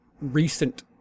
recent